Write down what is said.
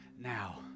now